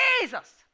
Jesus